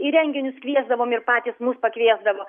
į renginius kviesdavom ir patys mus pakviesdavo